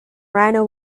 rhino